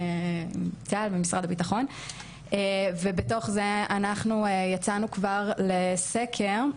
טל ממשרד הביטחון ובתוך זה אנחנו יצאנו כבר ל"קול קורא"